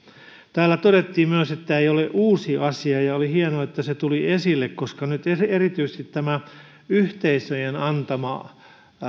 täällä todettiin myös että tämä ei ole uusi asia ja oli hienoa että se tuli esille koska erityisesti yhteisöjen antamasta